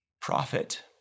prophet